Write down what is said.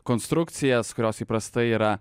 konstrukcijas kurios įprastai yra